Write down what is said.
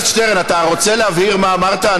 שטרן, אתה רוצה להבהיר מה אמרת?